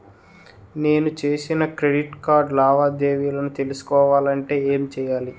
నేను చేసిన credit card లావాదేవీలను తెలుసుకోవాలంటే ఏం చేయాలి?